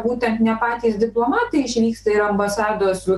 būtent ne patys diplomatai išvyksta ir ambasados